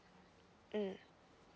mm